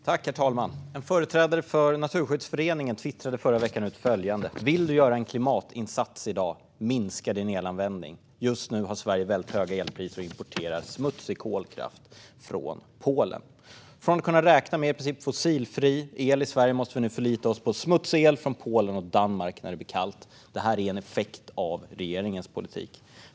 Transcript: Herr talman! En företrädare för Naturskyddsföreningen twittrade förra veckan ut följande: "Vill du göra en klimatinsats idag? Minska din elanvändning något. Just nu har hela Sverige väldigt höga elpriser och importerar smutsig kolkraft från Polen." Från att kunna räkna med i princip fossilfri el i Sverige måste vi nu förlita oss på smutsig el från Polen och Danmark när det blir kallt. Det här är en effekt av regeringens politik.